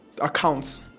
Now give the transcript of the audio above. accounts